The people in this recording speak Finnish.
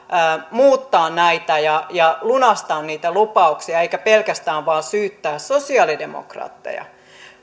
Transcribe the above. muuttaa näitä ja ja lunastaa niitä lupauksia eikä pelkästään vain syyttää sosiaalidemokraatteja nyt